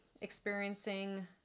experiencing